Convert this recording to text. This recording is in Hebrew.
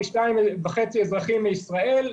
פי 2.5 אזרחים מישראל,